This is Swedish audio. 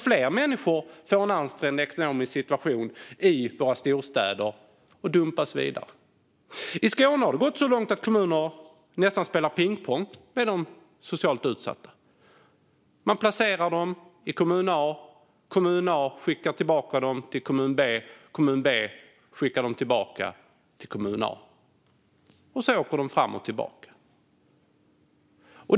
Fler människor får en ansträngd ekonomisk situation i våra storstäder och dumpas vidare. I Skåne har det gått så långt att kommuner nästan spelar pingpong med de socialt utsatta. Man placerar dem i kommun A, kommun A skickar tillbaka dem till kommun B och kommun B skickar tillbaka dem till kommun A. Så åker de fram och tillbaka.